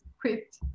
quit